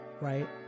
right